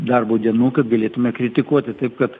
darbo dienų kad galėtume kritikuoti taip kad